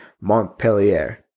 Montpellier